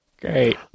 great